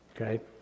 okay